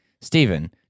Stephen